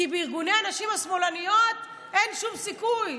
כי בארגוני הנשים השמאלניות אין שום סיכוי.